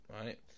Right